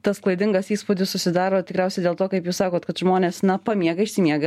tas klaidingas įspūdis susidaro tikriausiai dėl to kaip jūs sakot kad žmonės na pamiega išsimiega